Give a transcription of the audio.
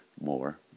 more